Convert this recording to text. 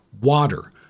water